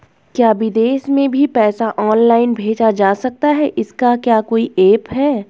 क्या विदेश में भी पैसा ऑनलाइन भेजा जा सकता है इसका क्या कोई ऐप है?